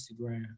Instagram